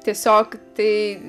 tiesiog tai